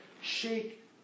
shake